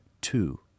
two